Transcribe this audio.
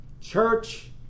Church